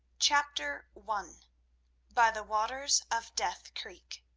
chapter one by the waters of death creek